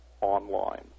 online